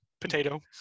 potato